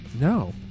No